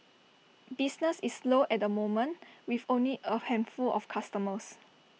business is slow at the moment with only A handful of customers